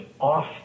off